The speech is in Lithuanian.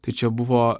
tai čia buvo